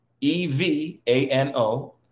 E-V-A-N-O